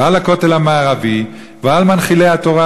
ועל הכותל המערבי ועל מנחילי התורה,